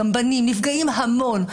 גם בנים נפגעים המון,